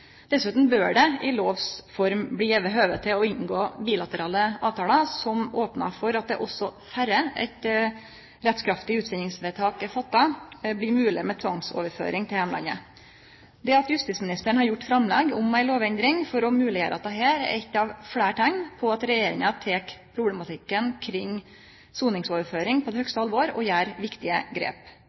Dessutan bør det i lovs form bli gjeve høve til å inngå bilaterale avtalar som opnar for at det også før eit rettskraftig utsendingsvedtak er fatta, blir mogleg med tvangsoverføring til heimlandet. Det at justisministeren har gjort framlegg om ei lovendring for å gjere dette mogleg, er eit av fleire teikn på at regjeringa tek problematikken kring soningsoverføring på høgste alvor og gjer viktige grep.